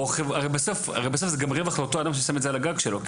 הרי בסוף זה גם רווח לאותו אדם ששם את זה על הגג שלו.